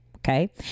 Okay